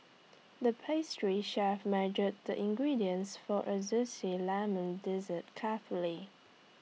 the pastry chef measured the ingredients for A Zesty Lemon Dessert carefully